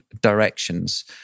directions